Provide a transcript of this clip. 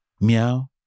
meow